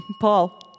Paul